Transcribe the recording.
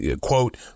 quote